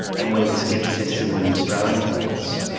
and when this gets tested in the australian courts,